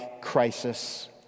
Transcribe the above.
crisis